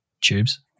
Tubes